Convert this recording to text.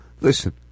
listen